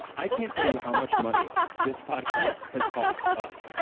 i can't tell you how much money this podcast has cost us.